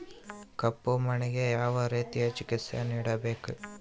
ಕಪ್ಪು ಮಣ್ಣಿಗೆ ಯಾವ ರೇತಿಯ ಚಿಕಿತ್ಸೆ ನೇಡಬೇಕು?